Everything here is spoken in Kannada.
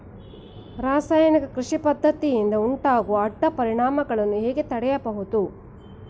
ರಾಸಾಯನಿಕ ಕೃಷಿ ಪದ್ದತಿಯಿಂದ ಉಂಟಾಗುವ ಅಡ್ಡ ಪರಿಣಾಮಗಳನ್ನು ಹೇಗೆ ತಡೆಯಬಹುದು?